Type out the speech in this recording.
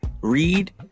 read